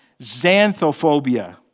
Xanthophobia